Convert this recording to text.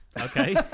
Okay